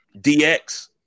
DX